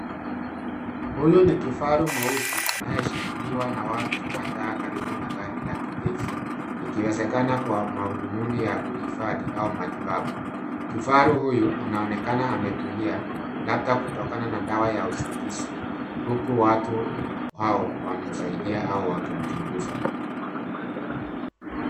Huyu ni kifaru mweusi anayeshikiliwa na watu kadhaa karibu na gari la kijeshi. Ikiwezakana kwa madhumuni ya uhifadhi au matibabu. Kifaru huyo anaonekana ametulia, labda kutokana na dawa ya usingizi, huku watu wakimsaidia au wakimchunguza.